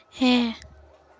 ᱦᱮᱸ